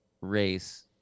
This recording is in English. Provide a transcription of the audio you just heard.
race